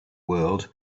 world